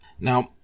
Now